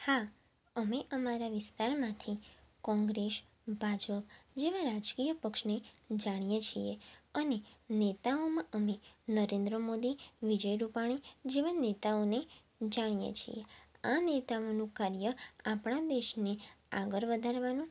હા અમે અમારા વિસ્તારમાંથી કોંગ્રેસ ભાજપ જેવા રાજકીય પક્ષને જાણીએ છીએ અને નેતાઓમાં અમે નરેન્દ્ર મોદી વિજય રુપાણી જેવા નેતાઓને જાણીએ છીએ આ નેતાઓનું કાર્ય આપણા દેશને આગળ વધારવાનું